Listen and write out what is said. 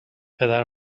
پدر